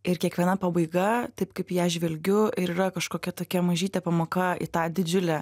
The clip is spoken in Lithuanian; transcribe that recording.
ir kiekviena pabaiga taip kaip ją žvelgiu ir yra kažkokia tokia mažytė pamoką į tą didžiulę